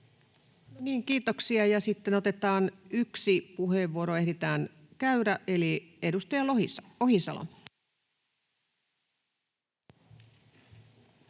Kiitoksia. — Sitten yksi puheenvuoro ehditään käydä. — Edustaja Ohisalo.